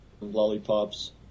lollipops